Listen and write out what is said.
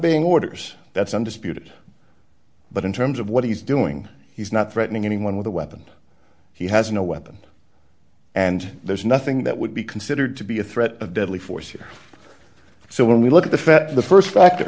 beying orders that's undisputed but in terms of what he's doing he's not threatening anyone with a weapon he has no weapon and there's nothing that would be considered to be a threat of deadly force so when we look at the fact the st factor